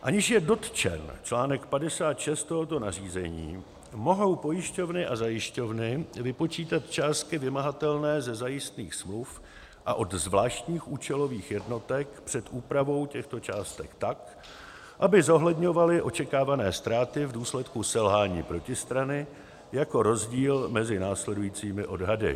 Aniž je dotčen článek 56 tohoto nařízení, mohou pojišťovny a zajišťovny vypočítat částky vymahatelné ze zajistných smluv a od zvláštních účelových jednotek před úpravou těchto částek tak, aby zohledňovaly očekávané ztráty v důsledku selhání protistrany, jako rozdíl mezi následujícími odhady: